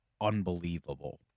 unbelievable